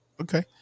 okay